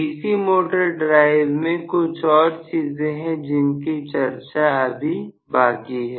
DC motor drive में कुछ और चीजें हैं जिनकी चर्चा अभी बाकी है